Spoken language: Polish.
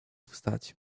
wstać